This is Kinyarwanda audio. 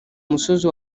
musozi